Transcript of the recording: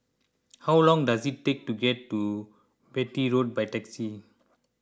how long does it take to get to Beatty Road by taxi